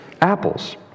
apples